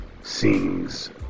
Sings